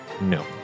No